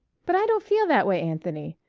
but i don't feel that way, anthony.